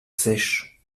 sèche